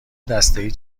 دستهای